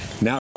Now